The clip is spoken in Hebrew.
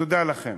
תודה לכם.